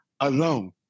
alone